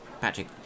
Patrick